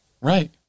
right